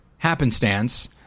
happenstance